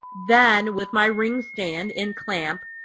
then with my ring stand and clamp,